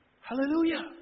Hallelujah